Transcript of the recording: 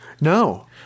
No